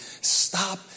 stop